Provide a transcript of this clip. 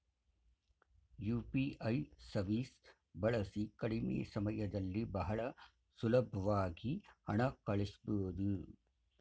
UPI ಸವೀಸ್ ಬಳಸಿ ಕಡಿಮೆ ಸಮಯದಲ್ಲಿ ಬಹಳ ಸುಲಬ್ವಾಗಿ ಹಣ ಕಳಸ್ಬೊದು